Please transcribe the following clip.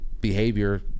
behavior